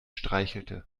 streichelte